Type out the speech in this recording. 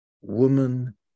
woman